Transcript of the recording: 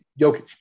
Jokic